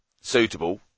suitable